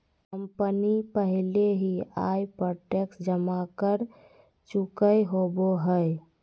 company पहले ही आय पर टैक्स जमा कर चुकय होबो हइ